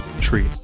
treat